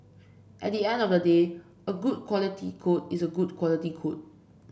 at the end of the day a good quality code is a good quality code